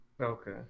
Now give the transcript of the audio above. Okay